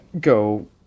go